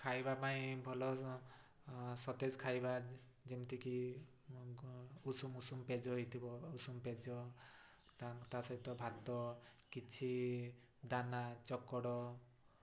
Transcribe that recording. ଖାଇବା ପାଇଁ ଭଲ ସତେଜ ଖାଇବା ଯେମିତିକି ଉଷୁମ ଉଷୁମ ପେଜ ହେଇଥିବ ଉଷୁମ ପେଜ ତା' ସହିତ ଭାତ କିଛି ଦାନା ଚୋକଡ଼